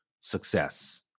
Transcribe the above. success